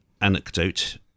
anecdote